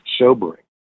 sobering